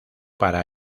para